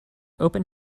open